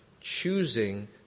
choosing